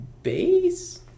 base